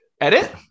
Edit